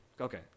Okay